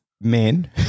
men